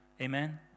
Amen